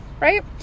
right